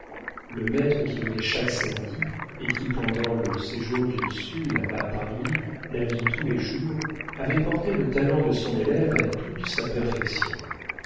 le maître qui venait chaque samedi et qui pendant le séjour d'ursule à paris la vit tous les jours avait porté le talent de son élève à toute sa perfection